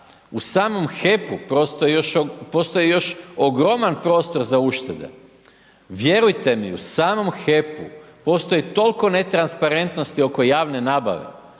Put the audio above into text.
u samom HEP-u postoji još ogroman prostor za uštede. Vjerujte mi u samom HEP-u postoji toliko netransparentnosti oko javne nabave,